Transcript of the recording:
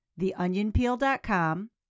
theonionpeel.com